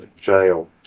jail